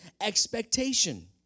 expectation